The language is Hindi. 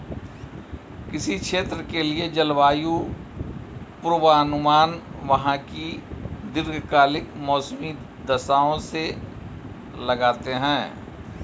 किसी क्षेत्र के लिए जलवायु पूर्वानुमान वहां की दीर्घकालिक मौसमी दशाओं से लगाते हैं